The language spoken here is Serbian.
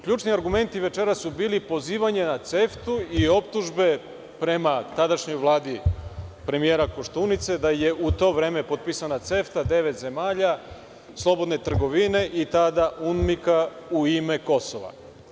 Ključni argumenti večeras su bili pozivanje na CEFTA i optužbe prema tadašnjoj Vladi premijera Koštunice, da je u to vreme potpisana CEFTA devet zemalja slobodne trgovine i tada UNMIKA u ime Kosova.